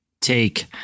take